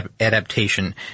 Adaptation